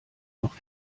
noch